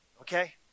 okay